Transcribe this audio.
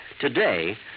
Today